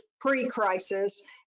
pre-crisis